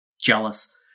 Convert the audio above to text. jealous